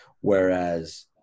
Whereas